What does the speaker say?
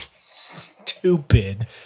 Stupid